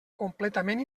completament